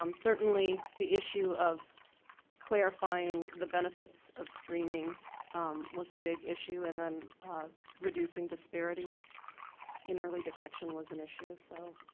um certainly the issue of clarifying the benefits of screening was a big issue and then reducing disparities in early detection was an issue. so